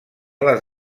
les